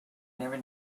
never